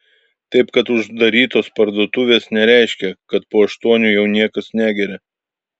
taip kad uždarytos parduotuvės nereiškia kad po aštuonių jau niekas negeria